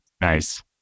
Nice